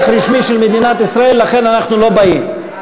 רשמי של מדינת ישראל ולכן אנחנו לא באים.